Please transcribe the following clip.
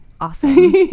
awesome